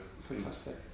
fantastic